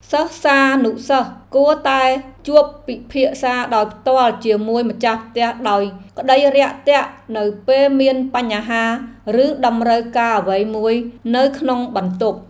សិស្សានុសិស្សគួរតែជួបពិភាក្សាដោយផ្ទាល់ជាមួយម្ចាស់ផ្ទះដោយក្តីរាក់ទាក់នៅពេលមានបញ្ហាឬតម្រូវការអ្វីមួយនៅក្នុងបន្ទប់។